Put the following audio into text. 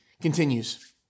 Continues